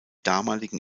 damaligen